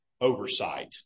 oversight